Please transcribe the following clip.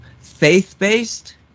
faith-based